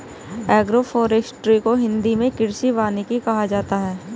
agroforestry को हिंदी मे कृषि वानिकी कहा जाता है